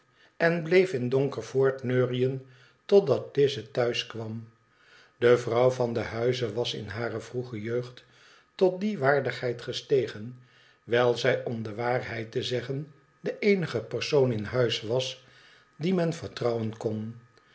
en bleef in donker voortneuriën totdat lize thuis kwam de vrouw van den huize was in hare vroege jeugd tot die waardigheid gestegen wijl zij om de waarheid te zeggen de eenige persoon in huis was die men vertrouwen kon